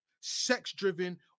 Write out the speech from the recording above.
sex-driven